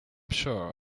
sure